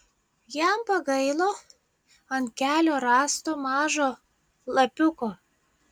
jam pagailo ant kelio rasto mažo lapiuko